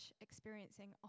experiencing